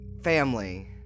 family